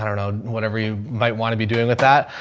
i dunno, whatever you might want to be doing with that,